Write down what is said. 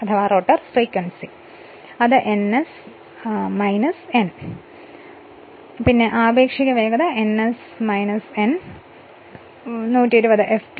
ഇത് ns n ആണ് ആപേക്ഷിക വേഗത ns n 120 F2 P